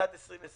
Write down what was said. לשנת 2020